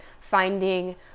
finding